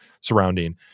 surrounding